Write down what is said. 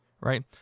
right